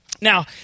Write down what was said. Now